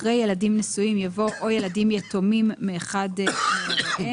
אחרי "ילדים נשואים" יבוא "או ילדים יתומים מאחד מהוריהם".